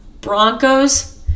Broncos